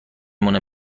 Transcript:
مونه